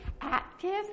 active